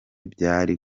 byari